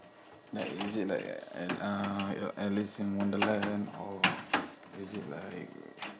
like is it like uh alice in wonderland or is it like